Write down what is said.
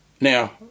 Now